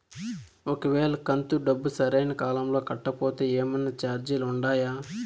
ఒక వేళ కంతు డబ్బు సరైన కాలంలో కట్టకపోతే ఏమన్నా చార్జీలు ఉండాయా?